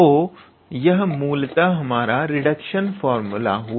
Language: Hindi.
तो यह मूलतः हमारा रिडक्शन फार्मूला हुआ